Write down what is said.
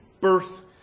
birth